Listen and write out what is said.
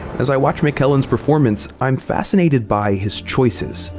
as i watch mckellen's performance, i'm fascinated by his choices.